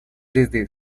desde